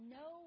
no